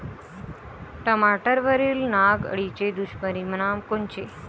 टमाट्यावरील नाग अळीचे दुष्परिणाम कोनचे?